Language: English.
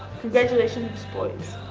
congratulations boys.